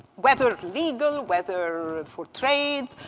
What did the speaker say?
whether legal, whether for trade,